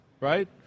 right